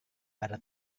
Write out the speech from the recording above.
pada